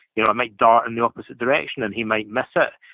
you know it might dart in the opposite direction and he might miss ah